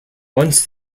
once